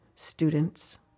Students